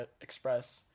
Express